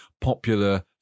popular